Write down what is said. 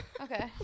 Okay